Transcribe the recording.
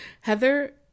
Heather